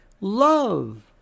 love